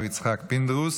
הסעיף הבא על סדר-היום,